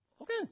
Okay